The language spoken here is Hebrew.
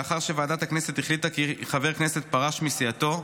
לאחר שוועדת הכנסת החליטה כי חבר כנסת פרש מסיעתו,